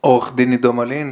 אני עורך דין עידו מלין,